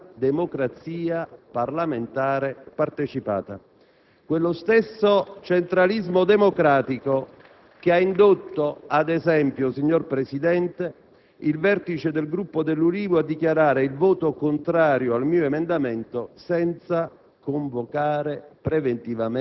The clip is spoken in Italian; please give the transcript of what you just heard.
quanto sono ancora così autoreferenziali e pregni di centralismo democratico da non riuscire a considerare con il dovuto rispetto i valori repubblicani di una libera ed autentica democrazia parlamentare partecipata.